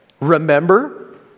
Remember